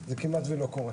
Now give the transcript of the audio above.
זה כמעט לא קורה.